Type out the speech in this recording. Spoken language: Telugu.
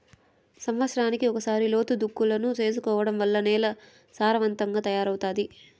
సమత్సరానికి ఒకసారి లోతు దుక్కులను చేసుకోవడం వల్ల నేల సారవంతంగా తయారవుతాది